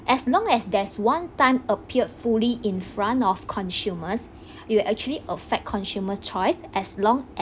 as long as there's one time appeared fully in front of consumer you'd actually affect consumers choice as long